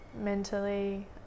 mentally